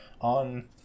on